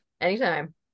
anytime